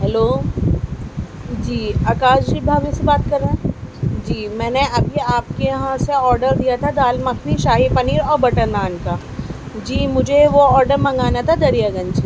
hello جی آکاش جی بھابھی سے بات کر رہے ہیں جی میں نے ابھی آپ کے یہاں سے آرڈر دیا تھا دال مکھنی شاہی پنیر اور بٹر نان کا جی مجھے وہ آرڈر منگانا تھا دریا گنج